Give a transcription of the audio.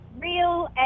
Real